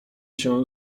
się